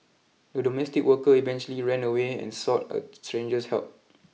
the domestic worker eventually ran away and sought a stranger's help